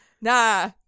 nah